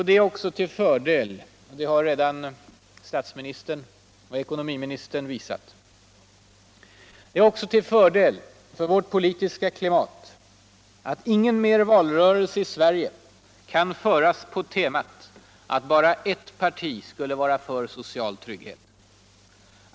Det är också ull fördel — det har redan statsministern och ekonomiministern konstaterat — för värt politiska klimat att ingen mer valrörelse i Sverige kan föras på temat att bara er parti skulle vara för social trvgghet.